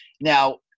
Now